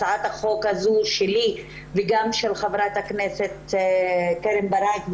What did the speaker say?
וכך גם הצעת החוק של חברת הכנסת קרן ברק,